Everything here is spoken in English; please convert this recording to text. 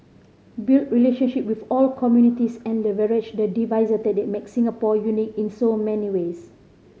build relationship with all communities and leverage the diversity that makes Singapore unique in so many ways